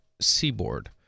seaboard